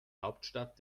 hauptstadt